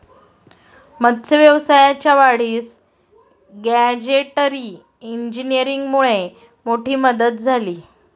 मत्स्य व्यवसायाच्या वाढीस गॅजेटरी इंजिनीअरिंगमुळे मोठी मदत झाली आहे